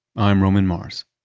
i'm roman mars